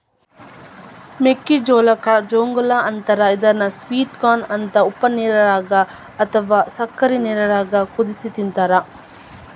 ಮೆಕ್ಕಿಜೋಳಕ್ಕ ಗೋಂಜಾಳ ಅಂತಾರ ಇದನ್ನ ಸ್ವೇಟ್ ಕಾರ್ನ ಅಂತ ಉಪ್ಪನೇರಾಗ ಅತ್ವಾ ಸಕ್ಕರಿ ನೇರಾಗ ಕುದಿಸಿ ತಿಂತಾರ